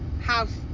House